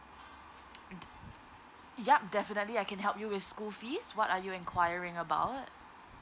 yup definitely I can help you with school fees what are you inquiring about